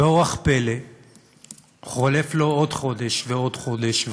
באורח פלא חולף לו עוד חודש ועוד חודש,